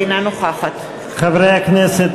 אינה נוכחת חברי הכנסת,